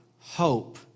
hope